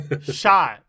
Shot